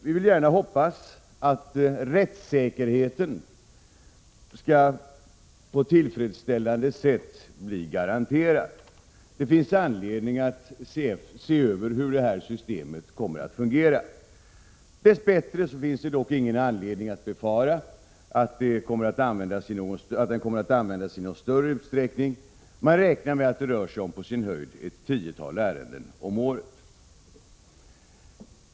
Vi får hoppas att rättssäkerheten skall på tillfredsställande sätt bli garanterad. Det finns anledning att se hur det här systemet kommer att fungera. Dess bättre finns dock ingen anledning att befara att det kommer att användas i någon större utsträckning. Man räknar med att det rör sig om på sin höjd ett tiotal ärenden om året.